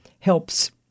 helps